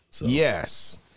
Yes